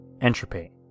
Entropy